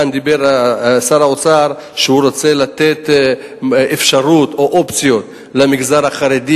אמר כאן שר האוצר שהוא רוצה לתת אופציות למגזר החרדי